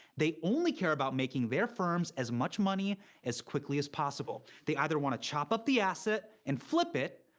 they only care about making their firms as much money as quickly as possible. they either want to chop up the asset and flip it,